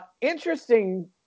interesting